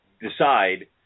decide